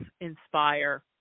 inspire